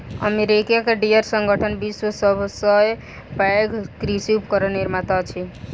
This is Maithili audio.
अमेरिका के डियर संगठन विश्वक सभ सॅ पैघ कृषि उपकरण निर्माता अछि